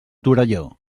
torelló